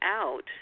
out